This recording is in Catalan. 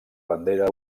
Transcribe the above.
bandera